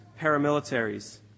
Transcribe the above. paramilitaries